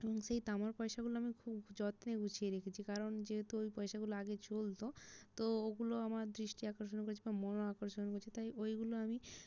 কিন্তু সেই তামার পয়সাগুলো আমি খুব যত্নে গুছিয়ে রেখেছি কারণ যেহেতু ওই পয়সাগুলো আগে চলতো তো ওগুলো আমার দৃষ্টি আকর্ষণ করেছে বা মনও আকর্ষণ করেছে তাই ওইগুলো আমি